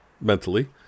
mentally